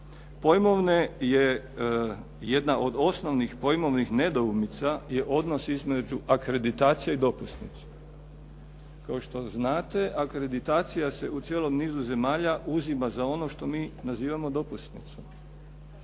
Pojmovne je jedna od osnovnih pojmovnih nedoumica je odnos između akreditacija i dopusnice. Kao što znate akreditacija se u cijelom nizu zemalja uzima za ono što mi nazivamo dopusnicom.